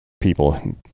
people